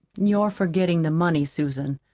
you're forgetting the money, susan.